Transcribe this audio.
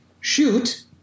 shoot